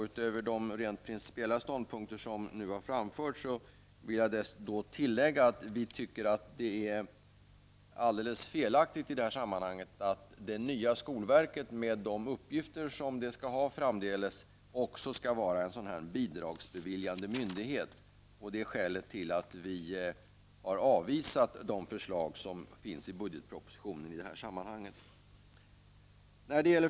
Utöver de principiella ståndpunkter som nu har framförts vill jag tillägga att vi tycker att det är fel att det nya skolverket, med de uppgifter de skall ha framdeles, även skall vara bidragsbeviljande myndighet. Det är skälet till att vi har avvisat de förslag som finns i budgetpropositionen i det här sammanhanget.